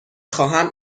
خواهم